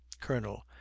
colonel